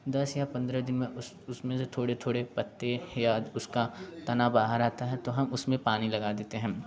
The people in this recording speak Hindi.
दस या पंद्रह दिन में उस उस में से थोड़े थोड़े पत्ते या उसका तना बाहर आता है तो हम उसमें पानी लगा देते हैं